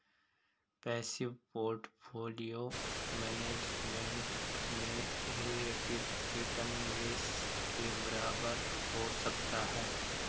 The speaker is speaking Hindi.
पैसिव पोर्टफोलियो मैनेजमेंट में रिलेटिव रिटर्न निवेश के बराबर हो सकता है